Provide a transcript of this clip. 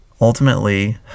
ultimately